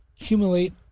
accumulate